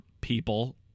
people